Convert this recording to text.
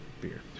beer